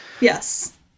yes